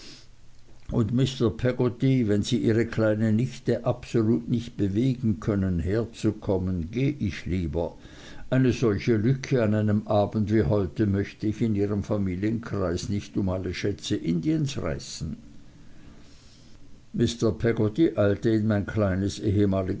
und mr peggotty wenn sie ihre kleine nichte absolut nicht bewegen können herzukommen gehe ich lieber eine solche lücke an einem abend wie heute möchte ich in ihren familienkreis nicht um alle schätze indiens reißen mr peggotty eilte in mein ehemaliges